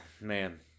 man